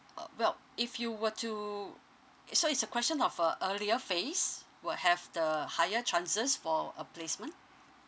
uh well if you were to i~ so it's a question of a earlier phase will have the higher chances for a placement